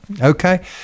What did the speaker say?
Okay